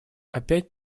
опять